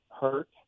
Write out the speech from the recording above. hurt